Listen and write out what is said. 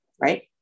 right